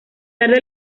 tarde